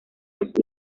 los